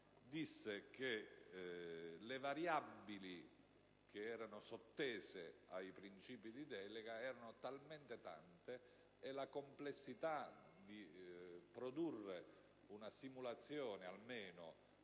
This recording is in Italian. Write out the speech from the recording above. - che le variabili sottese ai principi di delega erano talmente tante e la complessità di produrre una simulazione, almeno